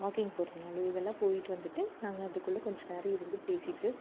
walking போகிறதுனாலோ இதெல்லாம் போயிட்டு வந்துட்டு நாங்கள் அதுக்குள்ள கொஞ்சம் நேரம் இருந்து பேசிட்டு